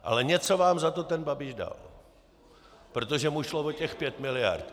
Ale něco vám za to ten Babiš dal, protože mu šlo o těch pět miliard.